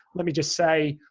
let me just say,